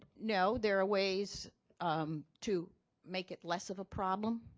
no. there are ways to make it less of a problem.